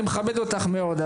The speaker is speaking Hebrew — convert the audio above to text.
אני מכבד אותך מאוד,